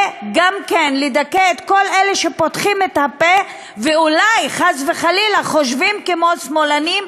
וגם לדכא את כל אלה שפותחים את הפה ואולי חס וחלילה חושבים כמו שמאלנים,